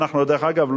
ודרך אגב,